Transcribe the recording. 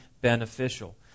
beneficial